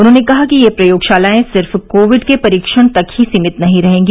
उन्होंने कहा कि ये प्रयोगशालाएं सिर्फ कोविड के परीक्षण तक ही सीमित नहीं रहेंगी